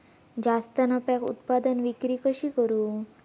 जास्त नफ्याक उत्पादन विक्री कशी करू?